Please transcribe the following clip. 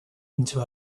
into